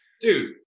dude